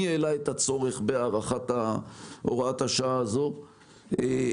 מי העלה את הצורך בהארכת הוראת השעה הזאת ומדוע.